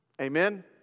Amen